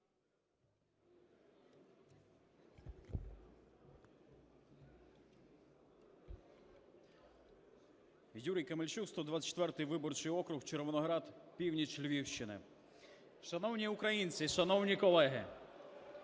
Юрій Камельчук, 124 виборчий округ, Червоноград, північ Львівщини. Шановні українці, шановні колеги,